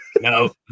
No